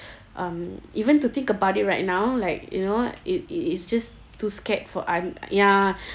um even to think about it right now like you know it it it's just too scared for I'm ya